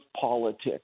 politics